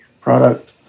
product